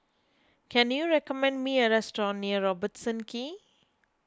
can you recommend me a restaurant near Robertson Quay